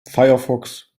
firefox